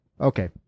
Okay